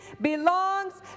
belongs